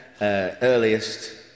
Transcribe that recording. earliest